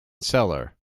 seller